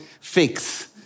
fix